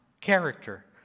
character